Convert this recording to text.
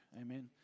Amen